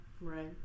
Right